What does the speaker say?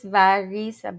varies